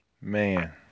man